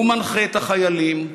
הוא מנחה את החיילים,